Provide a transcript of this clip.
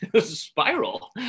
spiral